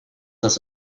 das